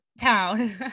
town